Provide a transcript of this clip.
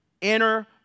inner